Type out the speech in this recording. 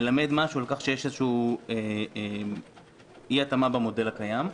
מלמדת משהו על כך שיש אי התאמה במודל הקיים,